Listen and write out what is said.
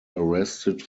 arrested